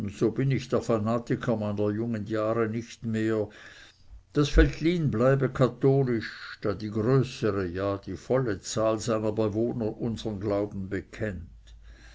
so bin ich der fanatiker meiner jungen jahre nicht mehr das veltlin bleibe katholisch da die größere ja die volle zahl seiner bewohner unsern glauben bekennt